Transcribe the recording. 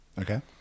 okay